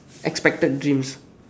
expected dreams